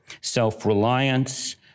self-reliance